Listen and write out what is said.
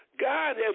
God